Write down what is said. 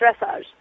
dressage